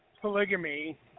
polygamy